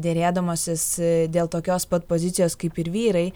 derėdamasis dėl tokios pat pozicijos kaip ir vyrai